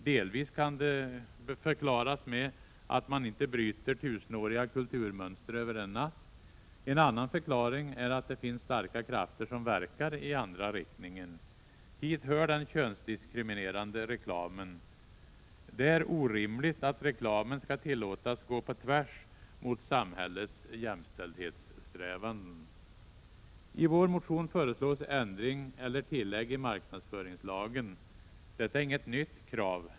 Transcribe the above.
Delvis kan det förklaras med att man inte bryter tusenåriga kulturmönster över en natt. En annan förklaring är att det finns starka krafter som verkar i andra riktningen. Hit hör den könsdiskriminerande reklamen. Det är orimligt att reklamen skall tillåtas gå på tvärs mot samhällets jämställdhetssträvanden. I vår motion föreslås ändring eller tillägg i marknadsföringslagen. Detta är inget nytt krav.